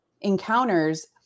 encounters